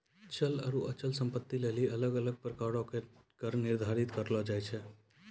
चल आरु अचल संपत्ति लेली अलग अलग प्रकारो के कर निर्धारण करलो जाय छै